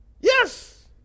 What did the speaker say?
Yes